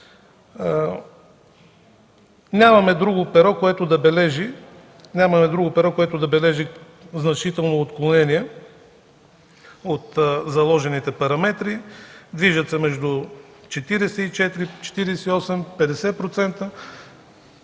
Нямаме друго перо, което да бележи значително отклонение от заложените параметри. Виждате, между 44-48, 50%